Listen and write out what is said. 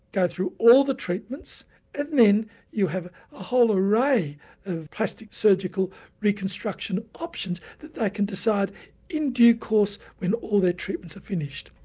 go through all the treatments and then you have a whole array of plastic surgical reconstruction options that they can decide in due course when all their treatments are finished.